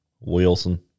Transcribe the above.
Wilson